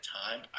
time